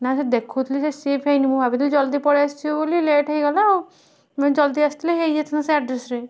ନା ସେ ଦେଖାଉଥିଲେ ଯେ ସିପ୍ ହେଇନି ମୁଁ ଭାବୁଥିଲି ଯେ ଜଲଦି ପଳାଇ ଆସିଯିବ ବୋଲି ଲେଟ୍ ହେଇଗଲା ମୁଁ ଜଲଦି ଆସିଥିଲେ ହେଇଯାଇଥାନ୍ତା ସେ ଆଡ୍ରେସ୍ରେ